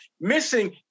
missing